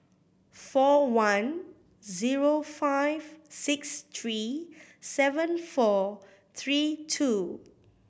four one zero five six three seven four three two